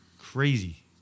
Crazy